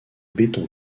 béton